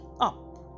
up